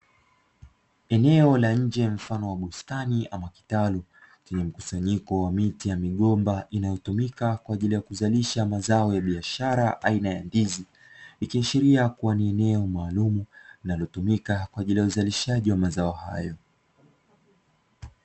Eneo la nje mfano wa bustani ama kitalu, lenye mkusanyiko wa miti ya migomba inayotumika kwa ajili ya kuzalisha mazao ya biashara aina ya ndizi, likiashiria kuwa ni eneo maalumu linalotumika kwa ajili ya uzalishaji wa mazao hayo.